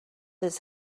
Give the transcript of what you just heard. this